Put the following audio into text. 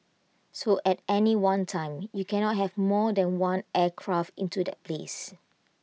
so at any one time you cannot have more than one aircraft into that place